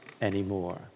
anymore